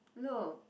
look